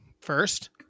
first